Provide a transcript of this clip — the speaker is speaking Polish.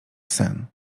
sen